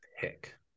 pick